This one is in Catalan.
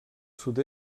sud